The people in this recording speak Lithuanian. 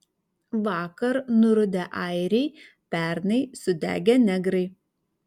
vakar nurudę airiai pernai sudegę negrai